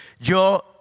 Yo